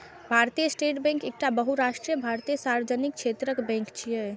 भारतीय State Bank एकटा बहुराष्ट्रीय भारतीय सार्वजनिक क्षेत्रक बैंक छियै